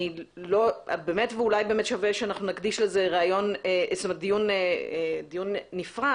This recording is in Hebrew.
ואולי באמת שווה שנקדיש לזה דיון נפרד,